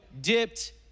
dipped